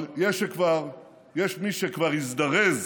אבל יש מי שכבר הזדרז